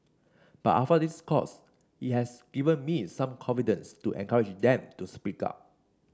but after this course it has given me some confidence to encourage them to speak up